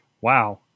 Wow